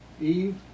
eve